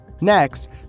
Next